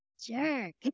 jerk